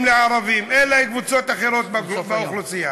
לערבים אלא עם קבוצות אחרות באוכלוסייה.